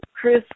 Chris